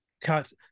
cut